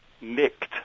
nicked